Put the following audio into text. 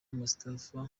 moustapha